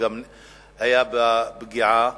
היתה בה פגיעה